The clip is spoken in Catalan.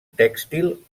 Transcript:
tèxtil